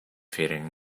faring